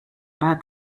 about